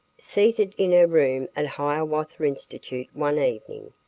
seated in her room at hiawatha institute one evening,